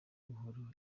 buhoro